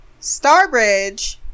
Starbridge